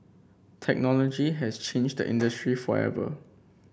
technology has changed the industry forever